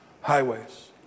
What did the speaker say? highways